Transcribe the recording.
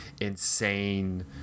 insane